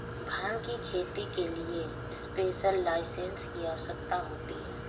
भांग की खेती के लिए स्पेशल लाइसेंस की आवश्यकता होती है